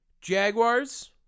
Jaguars